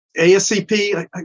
ASCP